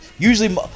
Usually